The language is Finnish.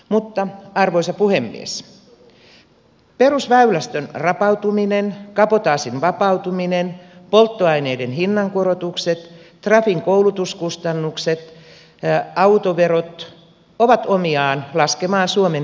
mutta arvoisa puhemies perusväylästön rapautuminen kabotaasin vapautuminen polttoaineiden hinnankorotukset trafin koulutuskustannukset autoverot ovat omiaan laskemaan suomen viennin kilpailukykyä